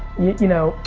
you know,